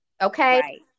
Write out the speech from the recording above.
okay